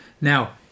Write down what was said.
Now